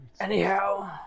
Anyhow